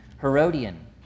Herodian